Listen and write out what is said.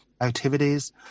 activities